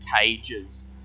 cages